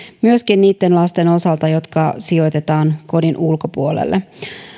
myöskin niitten lasten osalta jotka sijoitetaan kodin ulkopuolelle